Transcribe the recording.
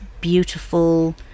beautiful